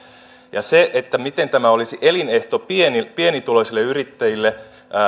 ja se että tämä olisi elinehto pienituloisille yrittäjille